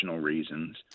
reasons